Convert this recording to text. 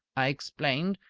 i explained,